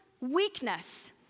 weakness